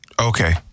Okay